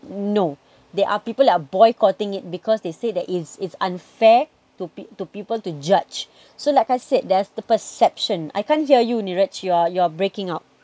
no there are people like are boycotting it because they say that it's it's unfair to peo~ to people to judge so like I said there's the perception I can't hear you niraj you're you're breaking up